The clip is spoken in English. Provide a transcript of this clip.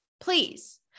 please